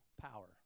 power